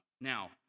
Now